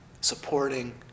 supporting